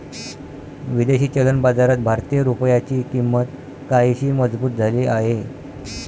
विदेशी चलन बाजारात भारतीय रुपयाची किंमत काहीशी मजबूत झाली आहे